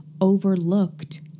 overlooked